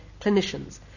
clinicians